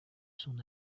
son